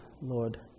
Lord